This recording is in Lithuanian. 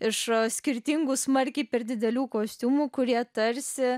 iš skirtingų smarkiai per didelių kostiumų kurie tarsi